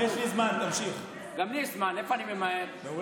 הצבאית תהיה מסמך לא מחייב ומערכת המשפט הישראלית תהיה מערכת חלשה וחלולה